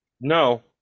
No